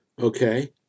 Okay